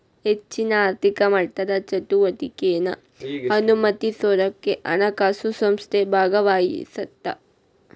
ಹೆಚ್ಚಿನ ಆರ್ಥಿಕ ಮಟ್ಟದ ಚಟುವಟಿಕೆನಾ ಅನುಮತಿಸೋದಕ್ಕ ಹಣಕಾಸು ಸಂಸ್ಥೆ ಭಾಗವಹಿಸತ್ತ